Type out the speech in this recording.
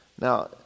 Now